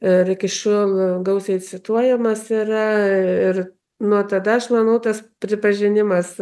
ir iki šiol gausiai cituojamas ir nuo tada aš manau tas pripažinimas